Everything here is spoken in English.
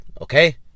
okay